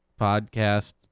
podcast